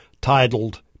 Titled